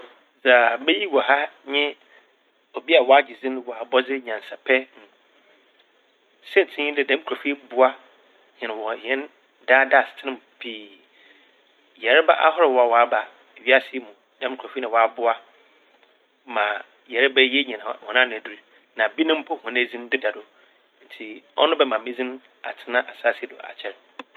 Dza meyi wɔ ha nye obi a ɔagye dzin wɔ abɔdzenyansapɛ mu. Siantsir nye dɛ dɛm nkorɔfo yi boa hɛn wɔ hɛn daa daa asetsena mu pii. Yarba ahorow a wɔa -wɔaba iwiase yi mu, dɛm nkorɔfo yi na wɔaboa ma yarba yi yenya hɔn hɔn ano edur na ebinom mpo hɔn edzin deda do ntsi ɔno bɛma me dzin atsena asaase yi do akyɛr.